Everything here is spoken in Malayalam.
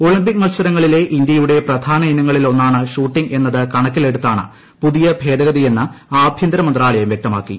ഒളിമ്പിക് മത്സരങ്ങളിലെ ഇന്ത്യയുടെ പ്രധാന ഇനങ്ങളിലൊന്നാണ് ഷൂട്ടിംഗ് എന്നതു കണക്കിലെടുത്താണ് പുതിയ ഭേദഗതിയെന്ന് ആഭ്യന്തര മന്ത്രാലയം വ്യക്തമാക്കി